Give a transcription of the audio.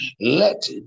let